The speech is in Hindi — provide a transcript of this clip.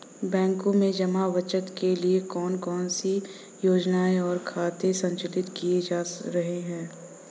बैंकों में जमा बचत के लिए कौन कौन सी योजनाएं और खाते संचालित किए जा रहे हैं?